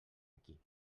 aquí